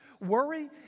Worry